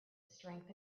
strength